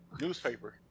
Newspaper